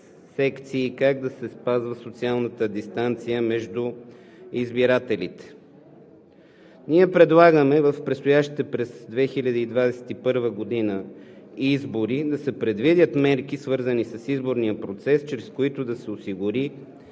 как да се спазва социалната дистанция между избирателите. Ние предлагаме в предстоящите през 2021 г. избори да се предвидят мерки, свързани с изборния процес, чрез които да се осигури